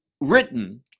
written